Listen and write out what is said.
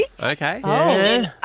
Okay